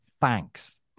thanks